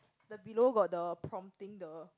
the below got the prompting the